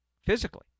physically